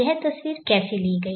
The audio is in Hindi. यह तस्वीर कैसे ली गई